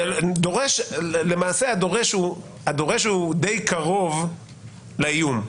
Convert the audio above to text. למעשה הדורש הוא די קרוב לאיום.